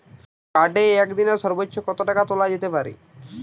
কার্ডে একদিনে সর্বোচ্চ কত টাকা তোলা যেতে পারে?